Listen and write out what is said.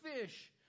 fish